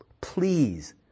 Please